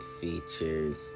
features